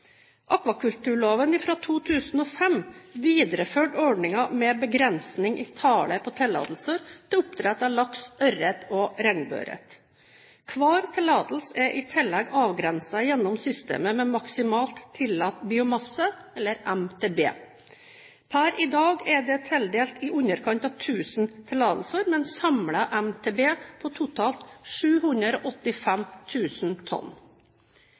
fra 2005 videreførte ordningen med begrensning i tallet på tillatelser til oppdrett av laks, ørret og regnbueørret. Hver tillatelse er i tillegg avgrenset gjennom systemet med maksimalt tillatt biomasse, MTB. Per i dag er det tildelt i underkant av 1 000 tillatelser, med en samlet MTB på totalt 785 000 tonn.